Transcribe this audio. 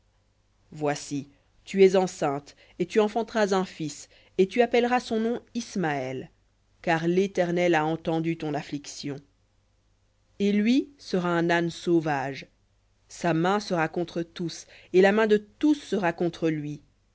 voici tu es enceinte et tu enfanteras un fils et tu appelleras son nom ismaël car l'éternel a entendu ton affliction et lui sera un âne sauvage sa main sera contre tous et la main de tous sera contre lui